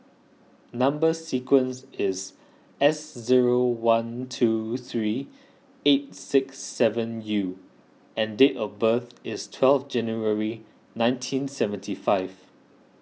Number Sequence is S zero one two three eight six seven U and date of birth is twelve January nineteen seventy five